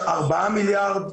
4 מיליארד,